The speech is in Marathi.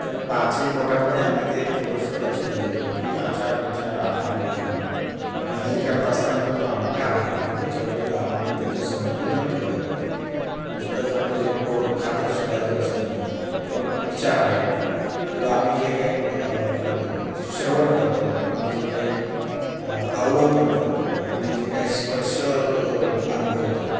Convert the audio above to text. त्या पाचही बोटामध्ये आम्ही ते थोडंसं लक्ष दिलं पाहिजे की आचार विचार आहार विहार आणि हे करता असताना तो जो अंगठा आहे तो त्याच्यावरती दाबून म्हणजे त्याचं संतुलन ठेवलं पाहिजे नुसतंच आपलं जे पोडो खातच सुटायचं असं नाही आहे किंवा विचार आहेत किंवा आम्ही जे काही श्रवण करतो आम्ही जे काही अवलोकन करतो आम्ही जे काही स्पर्श अनुभवतो